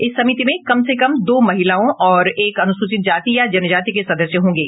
इस समिति में कम से कम दो महिलाओं और एक अनुसूचित जाति या जनजाति के सदस्य होंगे